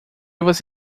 você